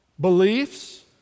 beliefs